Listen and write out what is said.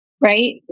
right